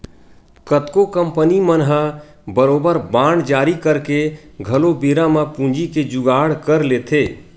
कतको कंपनी मन ह बरोबर बांड जारी करके घलो बेरा म पूंजी के जुगाड़ कर लेथे